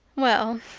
well,